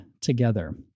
together